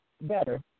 better